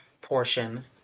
portion